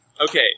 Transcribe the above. Okay